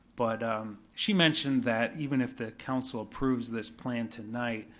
but she mentioned that even if the council approves this plan tonight,